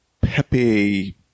Pepe